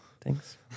thanks